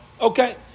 Okay